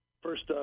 first